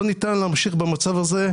לא ניתן להמשיך במצב הזה.